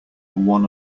one